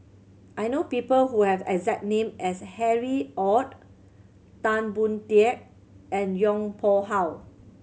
I know people who have exact name as Harry Ord Tan Boon Teik and Yong Pung How